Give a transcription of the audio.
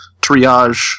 triage